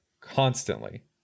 constantly